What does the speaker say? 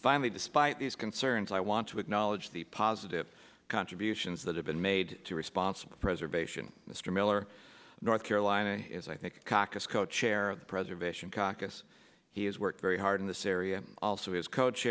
finally despite these concerns i want to acknowledge the positive contributions that have been made to responsible preservation mr miller north carolina is i think caucus co chair of the preservation caucus he has worked very hard in this area also has co ch